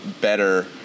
better